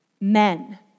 Men